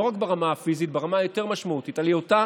לא רק ברמה הפיזית, ברמה היותר-משמעותית, על היותה